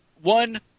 one